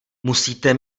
musíte